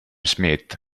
smith